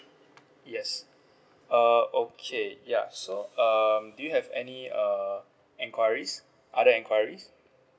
yes uh okay ya so um do you have any uh enquiries other enquiries